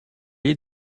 est